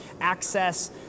access